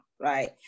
right